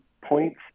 points